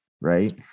right